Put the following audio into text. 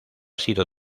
sido